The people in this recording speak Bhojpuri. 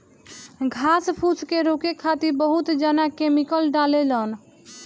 घास फूस के रोके खातिर बहुत जना केमिकल डालें लन